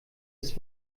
ist